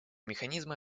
механизмы